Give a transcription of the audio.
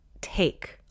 take